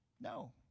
No